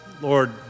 Lord